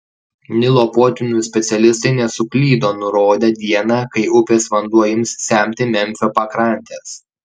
nilo potvynių specialistai nesuklydo nurodę dieną kai upės vanduo ims semti memfio pakrantes